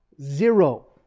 Zero